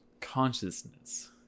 Consciousness